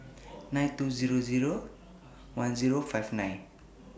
nine two Zero Zero one Zero five nine